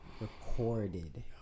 recorded